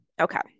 Okay